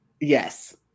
Yes